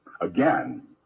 again